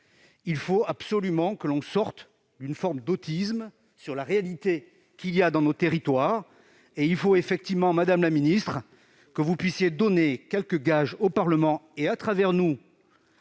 Il faut absolument sortir d'une forme d'autisme quant à la réalité de nos territoires et il faut effectivement, madame la ministre, que vous puissiez donner quelques gages au Parlement et, à travers nous,